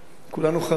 כולנו חרדים.